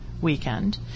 weekend